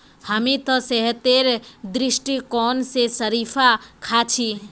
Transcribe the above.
हामी त सेहतेर दृष्टिकोण स शरीफा खा छि